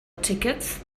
tickets